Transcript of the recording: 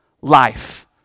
life